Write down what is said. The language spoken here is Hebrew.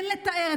אין לתאר.